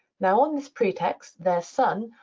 now on this pretext, their son,